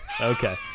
Okay